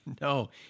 No